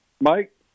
Mike